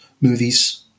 movies